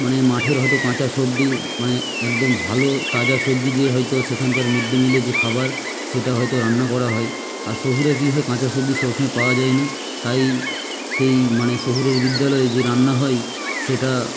মানে মাঠের হয়তো কাঁচা সবজি মানে একদম ভালো তাজা সবজি দিয়ে হয়তো সেখানকার মিড ডে মিলে যে খাবার সেটা হয়তো রান্না করা হয় আর শহুরে কি কাঁচা সবজি সব সময় পাওয়া যায় না তাই সেই মানে শহুরের বিদ্যালয়ে যে রান্না হয় সেটা